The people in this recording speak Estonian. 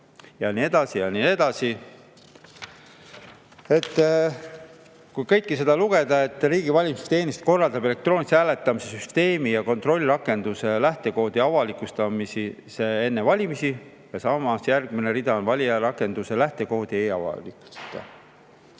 ja nii edasi ja nii edasi. Me loeme seda, et riigi valimisteenistus korraldab elektroonilise hääletamise süsteemi ja kontrollrakenduse lähtekoodi avalikustamise enne valimisi, ja samas järgmine rida on, et valijarakenduse lähtekoodi ei avalikustata. Meile